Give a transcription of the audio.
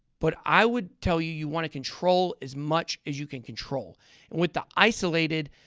but i would tell you you want to control as much as you can control. and with the isolated,